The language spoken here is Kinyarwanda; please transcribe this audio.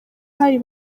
hari